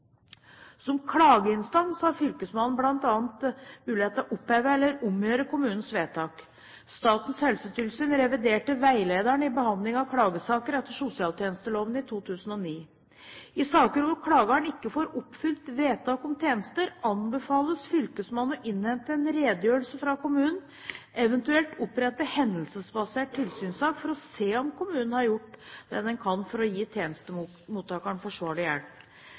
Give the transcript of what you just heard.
Som klageinstans har fylkesmannen bl.a. mulighet til å oppheve eller omgjøre kommunens vedtak. Statens helsetilsyn reviderte veilederen i behandling av klagesaker etter sosialtjenesteloven i 2009. I saker hvor klageren ikke får oppfylt vedtak om tjenester, anbefales fylkesmannen å innhente en redegjørelse fra kommunen, eventuelt opprette hendelsesbasert tilsynssak for å se om kommunen har gjort det den kan for å gi tjenestemottakeren forsvarlig hjelp.